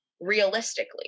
realistically